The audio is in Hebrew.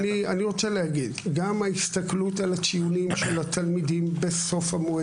גם ההסתכלות על הציונים של התלמידים בסוף המועד,